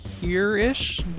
here-ish